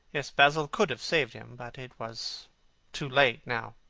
yes, basil could have saved him. but it was too late now.